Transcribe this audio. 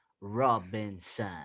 Robinson